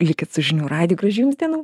likit su žinių radiju gražių jums dienų